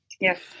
yes